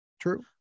True